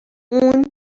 اون